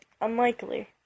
unlikely